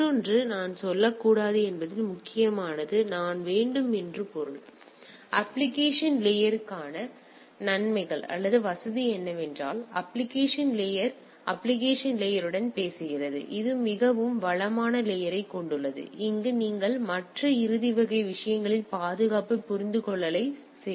மற்றொன்று நான் சொல்லக்கூடாது என்பதில் முக்கியமானது நான் வேண்டும் என்று பொருள் அப்ப்ளிகேஷன் லேயர்க்கான நன்மைகள் அல்லது வசதி என்னவென்றால் அப்ப்ளிகேஷன் லேயர் அப்ப்ளிகேஷன் லேயர் உடன் பேசுகிறது இது மிகவும் வளமான லேயரை கொண்டுள்ளது அங்கு நீங்கள் மற்ற இறுதி வகை விஷயங்களில் பாதுகாப்பு புரிந்துகொள்ளலை செய்யலாம்